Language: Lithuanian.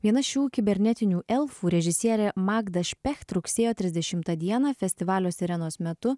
viena šių kibernetinių elfų režisierė magda špecht rugsėjo trisdešimtą dieną festivalio sirenos metu